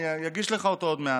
אני אגיש לך אותו עוד מעט.